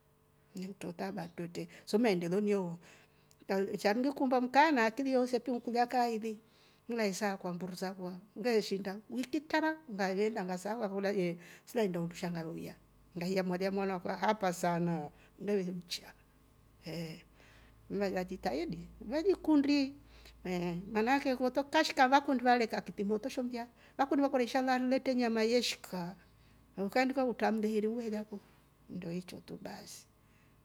Nikutro taba twetre so maendeleo neyoo shangilikumba mkaa na akili yoosa kulya kaa ili ngilaisaakulya mburu sakwa ngeshiinda wiki tara ngave enda nga saakwa ngakolya silalii inda undusha ngave uya, ngaiya mwali amwana akwa hapa sana neve uchya. eeh ilaanajitahidi enikundi manaake ngoto kashika vale kakiti moto sho mlya vakundi ikora ishalaari yetre nyama yeshika oh kaindika we traamle iru we la kundo hicho tu basi.